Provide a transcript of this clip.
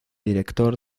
director